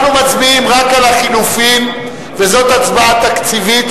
אנחנו מצביעים רק על החלופין וזאת הצעה תקציבית,